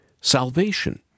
salvation